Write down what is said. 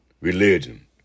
religion